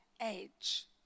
age